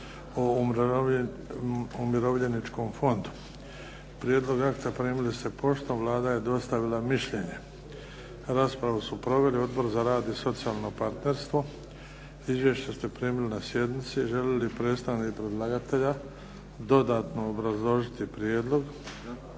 o umirovljeničkom fondu. Prijedlog akta primili ste poštom, Vlada je dostavila mišljenje. Raspravu su proveli Odbor za rad i socijalno partnerstvo, izvješća ste primili na sjednici. Želi li predstavnik predlagatelja dodatno obrazložiti prijedlog?